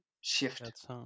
shift